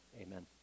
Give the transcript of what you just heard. Amen